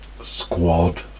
squad